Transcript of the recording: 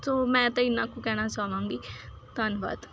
ਸੋ ਮੈਂ ਤਾਂ ਇੰਨਾ ਕੁ ਕਹਿਣਾ ਚਾਹਵਾਂਗੀ ਧੰਨਵਾਦ